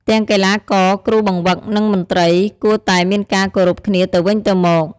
ទាំងកីឡាករ គ្រូបង្វឹក និងមន្ត្រី កួរតែមានការគោរពគ្នាទៅវិញទៅមក។